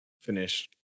finish